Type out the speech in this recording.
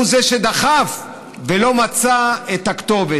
הוא זה שדחף, ולא מצא את הכתובת.